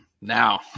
now